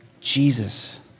Jesus